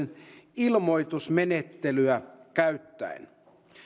ilmoitusmenettelyä käyttäen